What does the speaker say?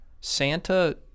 Santa